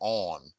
on